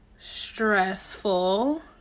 Stressful